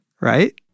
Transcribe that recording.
Right